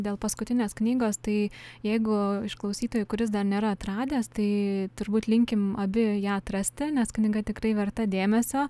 dėl paskutinės knygos tai jeigu iš klausytojų kuris dar nėra atradęs tai turbūt linkim abi ją atrasti nes knyga tikrai verta dėmesio